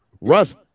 Russ